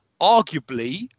arguably